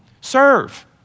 serve